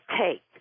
take